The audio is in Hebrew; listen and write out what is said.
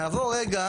נעבור רגע